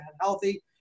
healthy